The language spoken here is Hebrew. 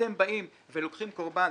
אתם לוקחים קורבן,